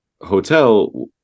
hotel